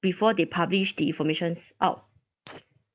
before they publish the informations out